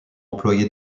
employé